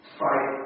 fight